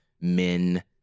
men